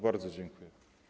Bardzo dziękuję.